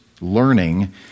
learning